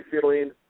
feeling